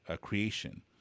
creation